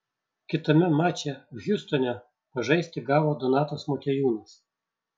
kitame mače hjustone pažaisti gavo donatas motiejūnas